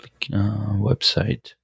website